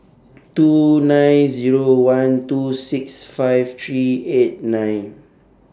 two nine Zero one two six five three eight nine